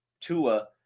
Tua